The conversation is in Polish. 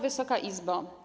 Wysoka Izbo!